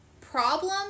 problem